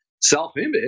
self-image